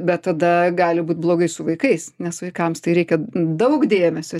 bet tada gali būt blogai su vaikais nes vaikams tai reikia daug dėmesio